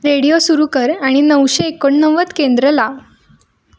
radio सुरू कर आणि नऊशे एकोणनव्वद केंद्र लाव